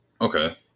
Okay